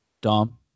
Dom